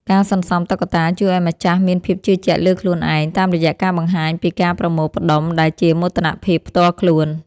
ការសន្សំតុក្កតាជួយឱ្យម្ចាស់មានភាពជឿជាក់លើខ្លួនឯង តាមរយៈការបង្ហាញពីការប្រមូលផ្ដុំដែលជាមោទនភាពផ្ទាល់ខ្លួន។